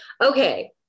Okay